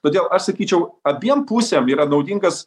todėl aš sakyčiau abiem pusėm yra naudingas